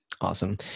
Awesome